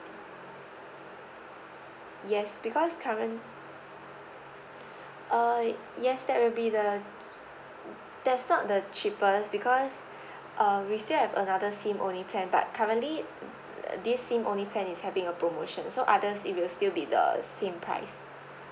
yes because current uh yes that will be the that's not the cheapest because uh we still have another SIM only plan but currently this SIM only plan is having a promotion so others it will still be the same price